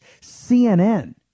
CNN